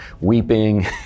weeping